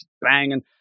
banging